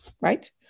right